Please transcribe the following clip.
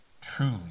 truly